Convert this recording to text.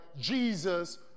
Jesus